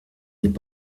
n’est